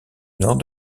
nord